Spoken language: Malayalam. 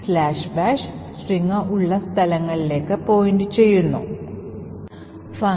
അപ്പോൾ EAX രജിസ്റ്ററിനെ പ്രധാനമായും പൂജ്യമാക്കുന്ന ഒരു EX OR നിർദ്ദേശമുണ്ട്